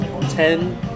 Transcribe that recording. ten